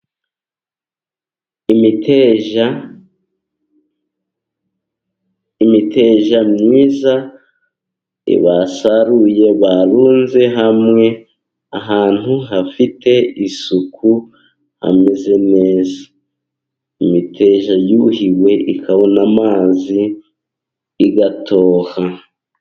Imiteja ,imiteja myiza basaruye Barunze hamwe. Ahantu hafite isuku hameze neza. Imiteja yuhiwe ikabona amazi igatoha.